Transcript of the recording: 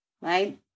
right